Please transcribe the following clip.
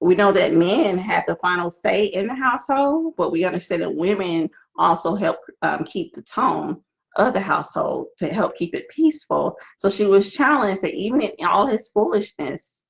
we know that man had the final say in the household but we understood that women also help keep the tone um the household to help keep it peaceful so she was challenged to even in in all this foolishness